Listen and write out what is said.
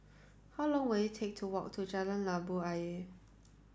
how long will it take to walk to Jalan Labu Ayer